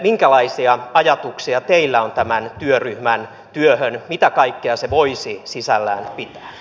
minkälaisia ajatuksia teillä on tämän työryhmän työstä mitä kaikkea se voisi sisällään pitää